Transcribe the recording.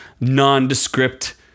nondescript